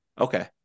Okay